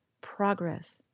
Progress